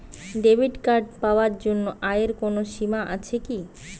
Debit card পাওয়ার জন্য আয়ের কোনো সীমা আছে কি?